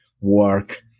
work